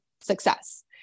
success